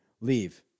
leave